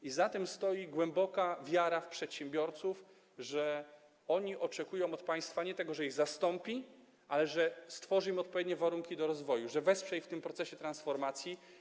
I za tym stoi głęboka wiara w przedsiębiorców, że oni oczekują od państwa nie tego, że ich zastąpi, ale że stworzy im odpowiednie warunki do rozwoju, że wesprze ich w tym procesie transformacji.